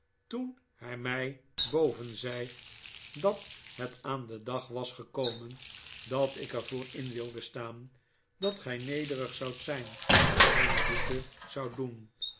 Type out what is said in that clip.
toen hij mij boven zei dat het aan den dag was gekomen dat ik er voor in wilde staan dat gij nederig zoudt zijn en boete zoudt doen